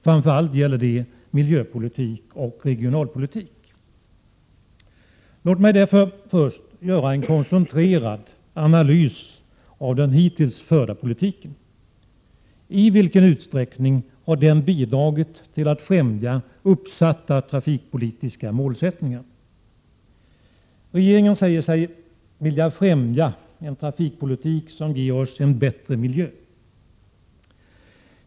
Framför allt gäller det miljöpolitik och regionalpolitik. Låt mig därför först göra en koncentrerad analys av den hittills förda politiken. I vilken utsträckning har den bidragit till att främja uppsatta trafikpolitiska mål? Regeringen säger sig vilja främja en trafikpolitik som ger oss en bättre miljö.